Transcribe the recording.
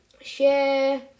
share